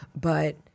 but-